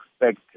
expect